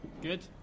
Good